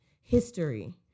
history